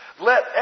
let